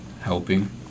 helping